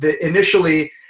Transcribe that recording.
initially